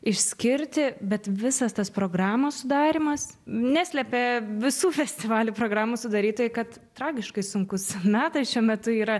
išskirti bet visas tas programos sudarymas neslepia visų festivalių programų sudarytojai kad tragiškai sunkūs metai šiuo metu yra